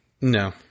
No